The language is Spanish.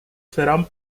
serán